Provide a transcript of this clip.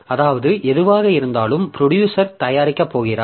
அதாவது எதுவாக இருந்தாலும் ப்ரொடியூசர் தயாரிக்கப் போகிறார்